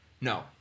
No